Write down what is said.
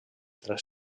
tres